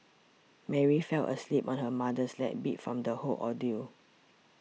Mary fell asleep on her mother's lap beat from the whole ordeal